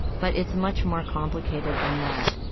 but it's much more complicated than that.